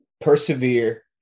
persevere